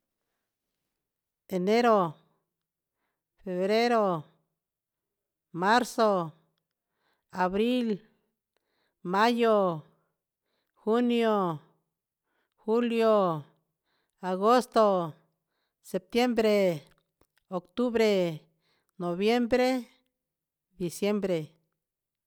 Enero, febrero, marzo, abril, mayo, junio, julio, agosto, septiembre, octubre, noviembre, diciembre.